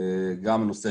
בנוסף,